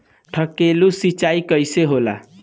ढकेलु सिंचाई कैसे होला?